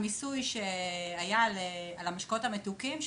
הכספים האלה הוקצו מתוך המיסוי על המשקאות הממותקים,